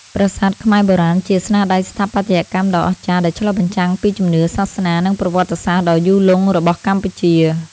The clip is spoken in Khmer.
ប្រាសាទខ្មែរបុរាណជាស្នាដៃស្ថាបត្យកម្មដ៏អស្ចារ្យ ដែលឆ្លុះបញ្ចាំងពីជំនឿ សាសនា និងប្រវត្តិសាស្ត្រដ៏យូរលង់របស់កម្ពុជា។